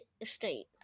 estate